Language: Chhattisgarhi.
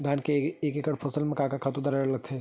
धान के फसल म एक एकड़ म का का खातु डारेल लगही?